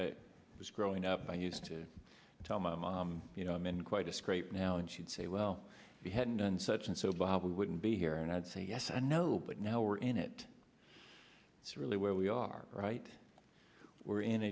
jim was growing up i used to tell my mom you know i'm in quite a scrape now and she'd say well we hadn't done such and so bob we wouldn't be here and i'd say yes i know but now we're in it it's really where we are right we're in